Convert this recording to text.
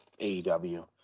AEW